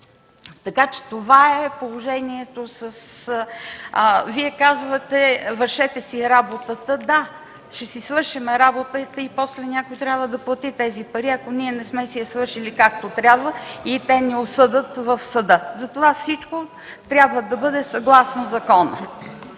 Това е положението. Вие казвате: „Вършете си работата”. Да, ще си свършим работата и после някой трябва да плати тези пари, ако ние не сме си я свършили както трябва и те ни осъдят в съда, затова всичко трябва да бъде съгласно закона.